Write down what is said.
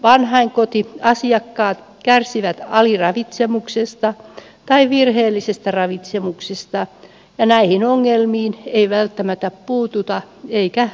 usein vanhainkotiasiakkaat kärsivät aliravitsemuksesta tai virheellisestä ravitsemuksesta ja näihin ongelmiin ei välttämättä puututa eikä niitä tunnisteta